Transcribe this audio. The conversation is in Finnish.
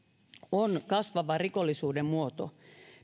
on kasvava rikollisuuden muoto